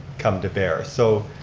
come to bears. so,